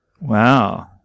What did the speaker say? Wow